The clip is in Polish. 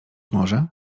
może